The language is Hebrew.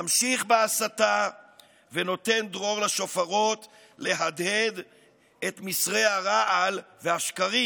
הוא ממשיך בהסתה ונותן דרור לשופרות להדהד את מסרי הרעל והשקרים.